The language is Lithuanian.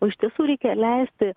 o iš tiesų reikia leisti